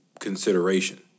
consideration